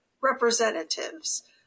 representatives